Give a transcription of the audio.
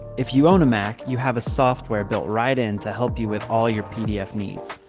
if you own a mac, you have a software built right in to help you with all your pdf needs.